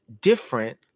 different